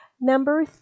Number